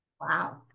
Wow